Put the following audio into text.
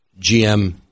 GM